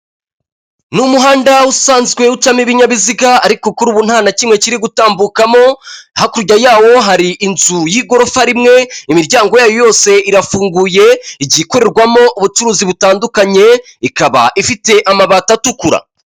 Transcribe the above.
Ni umuhanda usanzwe ucamo ibinyabiziga, ariko kuri ubu nta na kimwe kiri gutambukamo, hakurya yawo hari inzu y'igorofa rimwe, imiryango yayo yose irafunguye, igiye ikorerwamo ubucuruzi butandukanye, ikaba ifite amabati atukura.